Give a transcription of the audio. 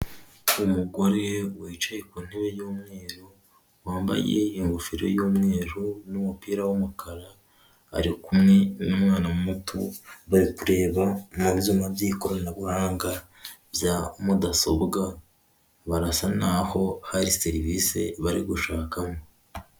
Umugore wicaye ku ntebe y'mweru wambaye ingofero y'umweru n'umupira w'umukara ari kumwe n'umwana muto bari kureba mu byuma by'ikoranabuhanga bya mudasobwabwa barasa n'aho hari serivisi bari gushakamo.